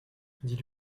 dites